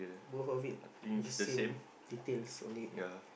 both of it have the same details on it